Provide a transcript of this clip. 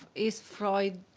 is freud